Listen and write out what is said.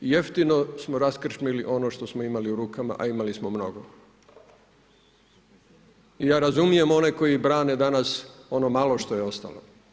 Jeftino smo raskrmčili ono što smo imali u rukama, a imali smo mnogo i ja razumijem one koji brane danas ono malo što je ostalo.